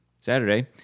Saturday